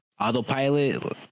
autopilot